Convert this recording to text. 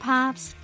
Pops